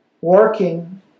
working